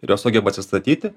ir jos sugeba atsistatyti